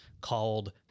called